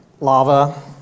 lava